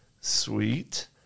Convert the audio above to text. sweet